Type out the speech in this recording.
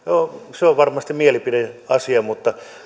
on varmasti mielipideasia mutta